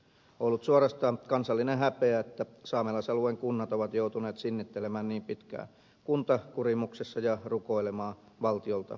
on ollut suorastaan kansallinen häpeä että saamelaisalueen kunnat ovat joutuneet sinnittelemään niin pitkään kuntakurimuksessa ja rukoilemaan valtiolta armon paloja